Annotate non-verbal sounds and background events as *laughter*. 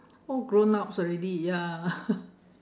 all grown-ups already ya *laughs*